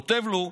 כותב לו: